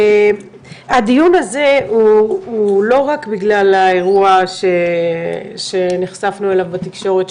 הדיון הזה הוא לא רק בגלל האירוע שנחשפנו אליו בתקשורת,